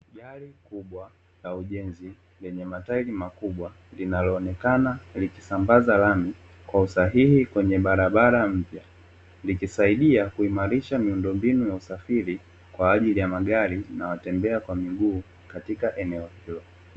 Gari kubwa la ujenzi lenye matairi makubwa linaloonekana likisambaza lami kwa usahihi kwenye barabara mpya, likisaidia kuimarisha miundombinu ya usafiri kwa ajili ya magari na watembea kwa miguu katika eneo hilo.